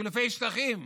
חילופי שטחים,